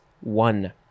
one